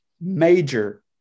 major